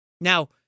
Now